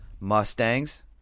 Mustangs